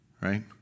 Right